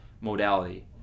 modality